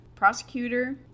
Prosecutor